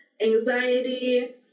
anxiety